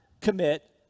commit